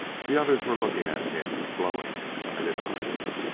the others were looking at him with glowing, excited eyes.